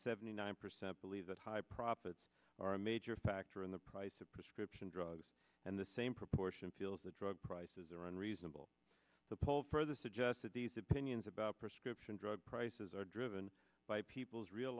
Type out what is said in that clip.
seventy nine percent believe that high profits are a major factor in the price of prescription drugs and the same proportion feels the drug prices are unreasonable the poll for the suggests that these opinions about prescription drug prices are driven by people's real